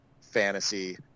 fantasy